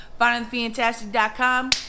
FindingTheFantastic.com